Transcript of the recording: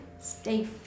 stay